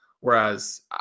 Whereas